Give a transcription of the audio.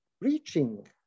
Reaching